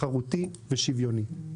תחרותי ושוויוני.